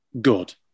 good